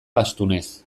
astunez